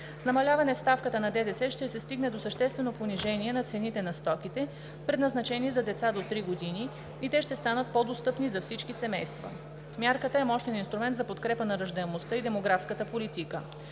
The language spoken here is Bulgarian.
С намаляване ставката на ДДС ще се стигне до съществено понижение на цените на стоките, предназначени за деца до 3 години, и те ще станат по-достъпни за всички семейства. Мярката е мощен инструмент за подкрепа на раждаемостта и демографската политика.